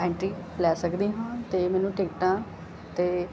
entry ਲੈ ਸਕਦੀ ਹਾਂ ਅਤੇ ਮੈਨੂੰ ਟਿਕਟਾਂ 'ਤੇ